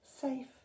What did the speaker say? safe